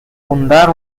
fundar